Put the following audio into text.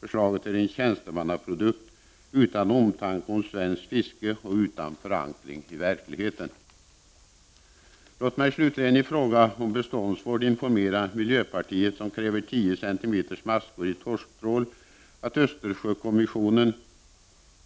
Förslaget är en tjänstemannaprodukt utan omtanke om svenskt fiske och utan förankring i verkligheten. Låt mig slutligen i fråga om beståndsvård informera miljöpartiet, som kräver 10 cm maskor i torsktrål, att Östersjökommissionen